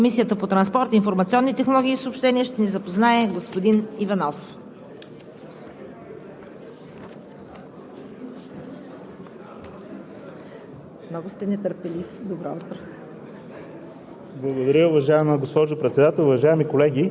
С Доклада на Комисията по транспорт, информационни технологии и съобщения ще ни запознае господин Иванов.